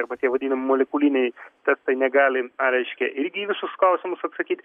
arba tie vadinami molekuliniai testai negali ar reiškia irgi į visus klausimus atsakyt